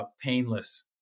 painless